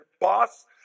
boss